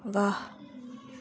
वाह्